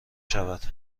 شود